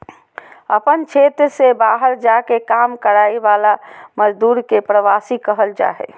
अपन क्षेत्र से बहार जा के काम कराय वाला मजदुर के प्रवासी कहल जा हइ